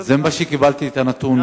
זה הנתון שקיבלתי מראש הרשות.